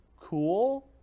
cool